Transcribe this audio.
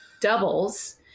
doubles